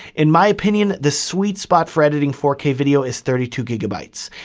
in my opinion, the sweet spot for editing four k video is thirty two gigabytes.